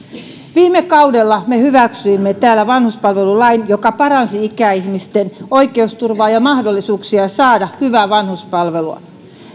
viime kaudella me hyväksyimme täällä vanhuspalvelulain joka paransi ikäihmisten oikeusturvaa ja mahdollisuuksia saada hyvää vanhuspalvelua